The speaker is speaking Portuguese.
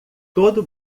todo